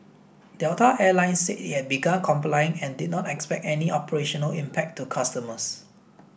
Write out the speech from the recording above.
Delta Air Lines said it had begun complying and did not expect any operational impact to customers